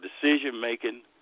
decision-making